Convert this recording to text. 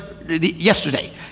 Yesterday